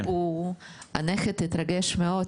הנכד התרגש מאוד,